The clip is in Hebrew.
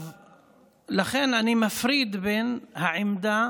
לכן, אני מפריד בין העמדה